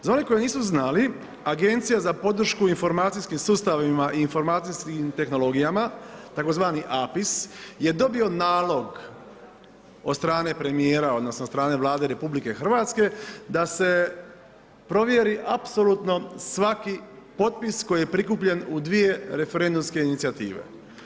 Za one koji nisu znali Agencija za podršku informacijskim sustavima i informacijskim tehnologijama, tzv. APIS je dobio nalog od strane premijera, odnosno od strane Vlade RH da se provjeri apsolutno svaki potpis koji je prikupljen u 2 referendumske inicijative.